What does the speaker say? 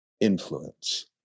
influence